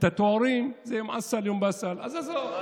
את התארים זה יום אסל יום בסל, אז עזוב.